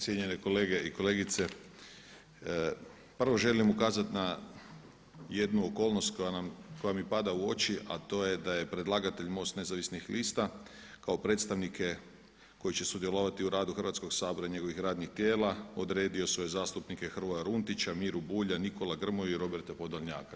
Cijenjenje kolegice i kolege, prvo želim ukazati na jednu okolnost koja mi pada u oči, a to je da je predlagatelj MOST nezavisnih lista kao predstavnike koji će sudjelovati u radu Hrvatskog sabora i njegovih radnih tijela odredio svoje zastupnike Hrvoja Runtića, Miru Bulja, Nikola Grmoju i Roberta Podolnjaka.